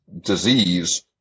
disease